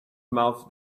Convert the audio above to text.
mouths